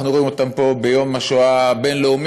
אנחנו רואים אותם פה ביום השואה הבין-לאומי,